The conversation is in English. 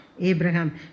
Abraham